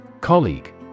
Colleague